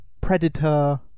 predator